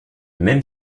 même